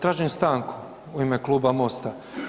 Tražim stanku u ime Kluba Mosta.